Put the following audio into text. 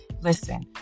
Listen